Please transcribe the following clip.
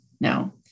no